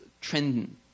trend